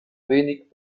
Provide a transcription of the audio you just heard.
wenig